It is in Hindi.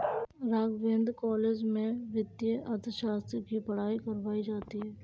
राघवेंद्र कॉलेज में वित्तीय अर्थशास्त्र की पढ़ाई करवायी जाती है